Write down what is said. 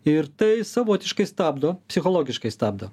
ir tai savotiškai stabdo psichologiškai stabdo